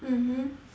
mmhmm